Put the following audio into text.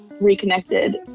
reconnected